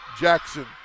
Jackson